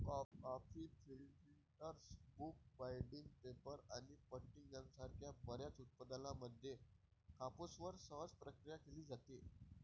coffee filters, book binding, paper आणि पट्टी यासारख्या बर्याच उत्पादनांमध्ये कापूसवर सहज प्रक्रिया केली जाते